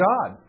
God